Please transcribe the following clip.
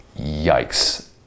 yikes